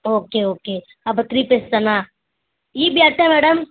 okay okay அப்போ three phase தானே EB அட்டை மேடம்